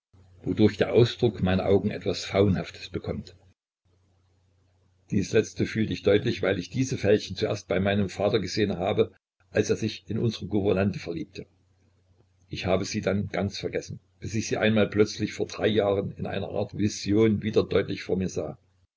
wodurch der ausdruck meiner augen etwas faunhaftes bekommt dies letzte fühlt ich deutlich weil ich diese fältchen zuerst bei meinem vater gesehen habe als er sich in unsre gouvernante verliebte ich habe sie dann ganz vergessen bis ich sie mal plötzlich vor drei jahren in einer art vision wieder deutlich vor mir sah